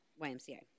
ymca